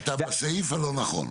אתה בסעיף הלא נכון.